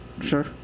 Sure